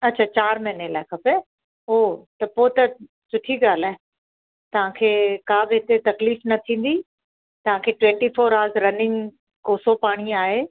अच्छा चारि महीने लाइ खपे ओ त पोइ त सुठी ॻाल्हि आहे तव्हांखे का बि हिते तकलीफ़ न थींदी तव्हांखे टिवेंटी फ़ोर अवर्स रनिंग कोसो पाणी आहे